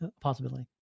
possibility